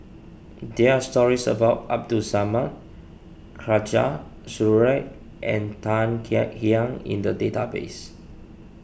there are stories about Abdul Samad Khatijah Surattee and Tan Kek Hiang in the database